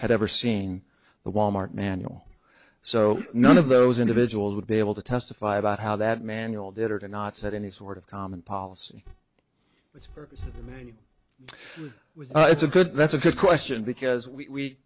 had ever seen the wal mart manual so none of those individuals would be able to testify about how that manual did or to not set any sort of common policy it's purpose of them and it's a good that's a good question because we